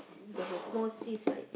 there's a small cyst right